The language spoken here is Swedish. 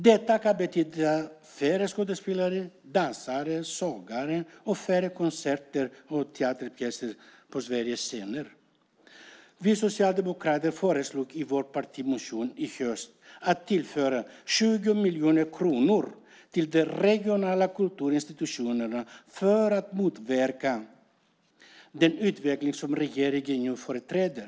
Detta kan betyda färre skådespelare, dansare, sångare och färre konserter och teaterpjäser på Sveriges scener. Vi socialdemokrater föreslog i vår partimotion i höstas att tillföra 20 miljoner kronor till de regionala kulturinstitutionerna för att motverka den utveckling som regeringen nu företräder.